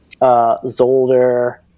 Zolder